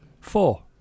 Four